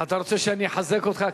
אתה רוצה שאני אחזק אותך קצת?